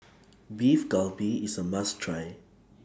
Beef Galbi IS A must Try